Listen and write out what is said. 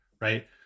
right